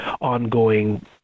ongoing